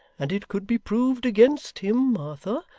and it could be proved against him, martha,